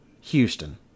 Houston